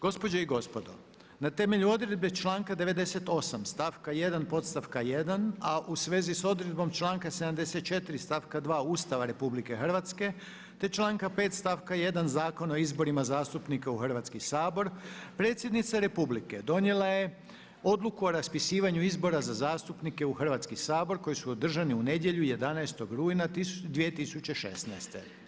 Gospođe i gospodo na temelju odredbe članka 98. stavka 1. podstavka 1. a u svezi s odredbom članka 74. stavka 2. Ustava Republike Hrvatske te članka 5. stavka 1. Zakona o izborima zastupnika u Hrvatski sabor predsjednica republike donijela je odluku o raspisivanju izbora za zastupnike u Hrvatski sabor koji su održani u nedjelju 11. rujna 2016.